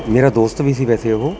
ਮੇਰਾ ਦੋਸਤ ਵੀ ਸੀ ਵੈਸੇ ਉਹ